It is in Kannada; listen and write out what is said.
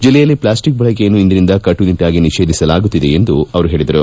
ಜಿಲ್ಲೆಯಲ್ಲಿ ಪ್ಲಾಸ್ಸಿಕ್ ಬಳಕೆಯನ್ನು ಇಂದಿನಿಂದ ಕಟ್ಟುನಿಟ್ಲಾಗಿ ನಿಷೇಧಿಸಲಾಗುತ್ತಿದೆ ಎಂದು ಅವರು ಹೇಳಿದರು